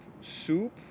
Soup